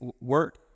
work